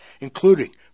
including